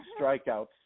strikeouts